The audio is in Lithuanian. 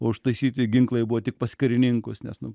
užtaisyti ginklai buvo tik pas karininkus nes nu